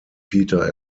peter